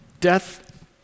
death